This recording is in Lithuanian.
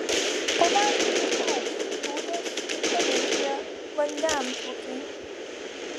po vandeniu augs plūdės paviršiuje vandenplūkiai